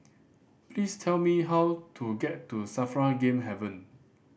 please tell me how to get to SAFRA Game Haven